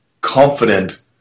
confident